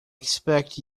expect